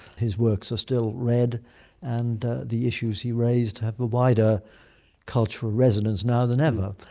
his works are still read and the the issues he raised have a wider cultural resonance now than ever.